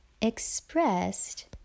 expressed